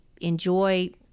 enjoy